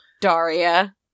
Daria